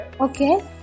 Okay